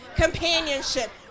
companionship